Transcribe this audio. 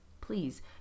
please